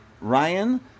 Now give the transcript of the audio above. Ryan